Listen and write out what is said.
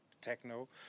techno